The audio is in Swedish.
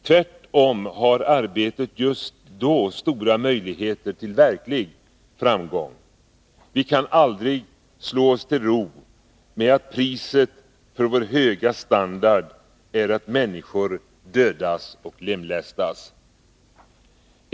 Tvärtom har arbetet just då stora möjligheter till verklig framgång. Vi kan aldrig slå oss till ro med att priset för vår höga standard är att människor dödas och lemlästas.